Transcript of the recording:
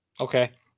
Okay